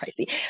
Pricey